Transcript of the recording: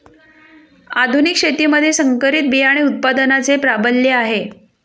आधुनिक शेतीमध्ये संकरित बियाणे उत्पादनाचे प्राबल्य आहे